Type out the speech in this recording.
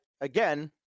again